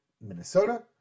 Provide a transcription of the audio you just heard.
Minnesota